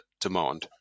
demand